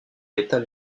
l’état